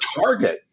Target